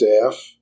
staff